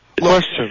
question